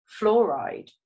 Fluoride